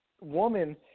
woman